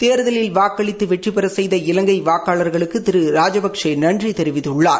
தேர்தலில் வாக்களித்து வெற்றிபெறச் செய்த இலங்கை வாக்காளங்களுக்கு திரு ராஜபக்ஷே நன்றி தெரிவித்துள்ளார்